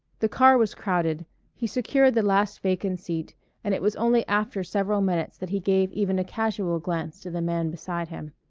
the car was crowded he secured the last vacant seat and it was only after several minutes that he gave even a casual glance to the man beside him.